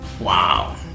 Wow